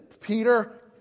Peter